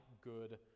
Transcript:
good